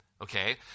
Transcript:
Okay